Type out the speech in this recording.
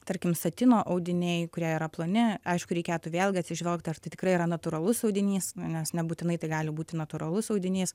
tarkim satino audiniai kurie yra ploni aišku reikėtų vėlgi atsižvelgt ar tai tikrai yra natūralus audinys nes nebūtinai tai gali būti natūralus audinys